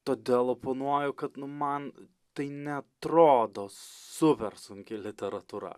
todėl oponuoju kad nu man tai neatrodo super sunki literatūra